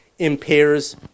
Impairs